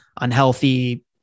unhealthy